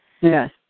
Yes